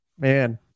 man